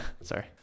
sorry